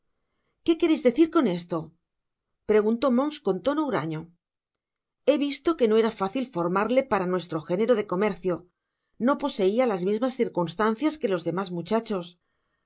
qué quereis decir con esto preguntó monks con tono huraño he visto que no era fácil formarle para nuestro género de comercio no poseia las mismas circunstancias que los demás muchachos no